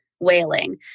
Wailing